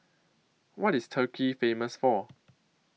What IS Turkey Famous For